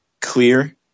clear